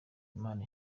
imana